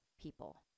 people